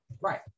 Right